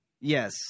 Yes